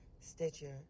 Stitcher